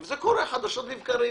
וזה קורה חדשות לבקרים